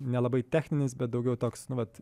nelabai techninis bet daugiau toks nu vat